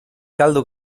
caldo